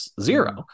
zero